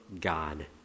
God